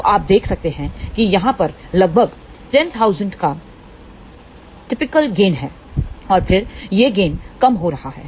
तो आप देख सकते हैं कि यहाँ पर लगभग 100000 का टिपिकल गेन है और फिर यह गेन कम हो रहा है